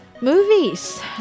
movies